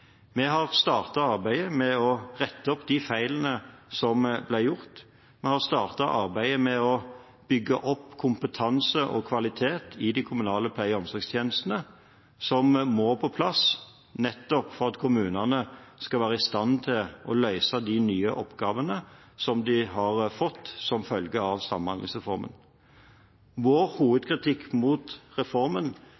Vi har startet arbeidet med å rette opp de feilene som ble gjort, og vi har startet arbeidet med å bygge opp kompetanse og kvalitet i de kommunale pleie- og omsorgstjenestene, som må på plass nettopp for at kommunene skal være i stand til å løse de nye oppgavene som de har fått som følge av Samhandlingsreformen. Vår hovedkritikk mot reformen